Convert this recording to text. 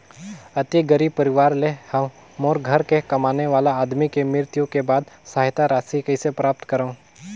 अति गरीब परवार ले हवं मोर घर के कमाने वाला आदमी के मृत्यु के बाद सहायता राशि कइसे प्राप्त करव?